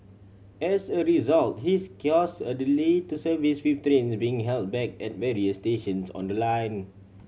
as a result this cause a delay to service with trains being held back at various stations on the line